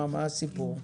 מה הסיפור?